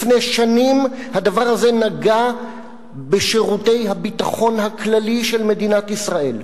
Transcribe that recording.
לפני שנים הדבר הזה נגע בשירותי הביטחון הכללי של מדינת ישראל,